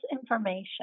information